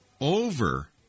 over